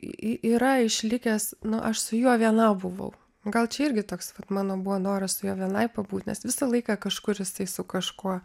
i i yra išlikęs na aš su juo viena buvau gal čia irgi toks vat mano buvo noras su juo vienai pabūt nes visą laiką kažkur jisai su kažkuo